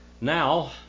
Now